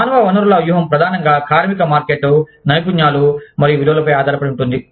మానవ వనరుల వ్యూహం ప్రధానంగా కార్మిక మార్కెట్ నైపుణ్యాలు మరియు విలువలపై ఆధారపడి ఉంటుంది